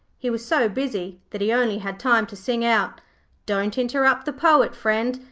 he was so busy that he only had time to sing out don't interrupt the poet, friend,